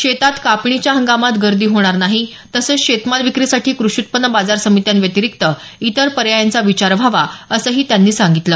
शेतात कापणीच्या हंगामात गर्दी होणार नाही तसंच शेतमाल विक्रीसाठी कृषी उत्पन्न बाजार समित्यांव्यतिरिक्त इतर पर्यायांचा विचार व्हावा असंही त्यांनी सांगितलं